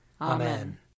Amen